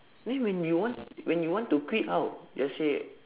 then when you want when you want to quit how just say